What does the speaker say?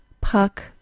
puck